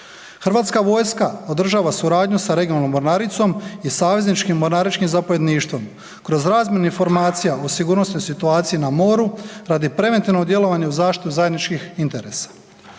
Hrvatska vojska održava suradnju sa regionalnom mornaricom i savezničkim mornaričkim zapovjedništvom. Kroz razmjenu informacija o sigurnosnoj situaciji na moru, radi preventivnog djelovanja uz zaštitu zajedničkih interesa.